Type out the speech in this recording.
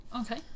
Okay